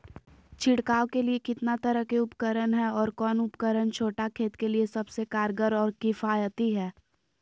छिड़काव के लिए कितना तरह के उपकरण है और कौन उपकरण छोटा खेत के लिए सबसे कारगर और किफायती है?